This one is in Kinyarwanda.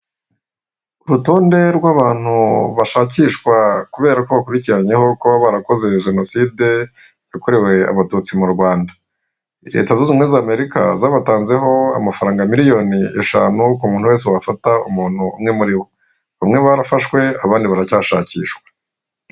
Urutonde rw'abantu bashakishwa kubera ko bakurikiranweho kuba barakoze jenoside yakorewe abatutsi mu Rwanda. Leta zunze ubumwe bw'Amerika zabatanzeho amafaranga miriyoni eshanu ku muntu wese wafata umuntu umwe muri bo. Bamwe barafashwe abandi baracyashakishwa.